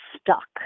stuck